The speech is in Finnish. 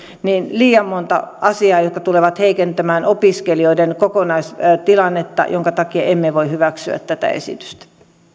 liian monta asiaa jotka tulevat heikentämään opiskelijoiden kokonaistilannetta minkä takia emme voi hyväksyä tätä esitystä